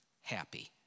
Happy